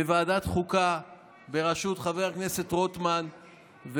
בוועדת החוקה בראשות חבר הכנסת רוטמן.